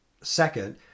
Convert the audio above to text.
Second